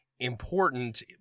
important